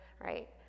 right